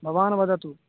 भवान् वदतु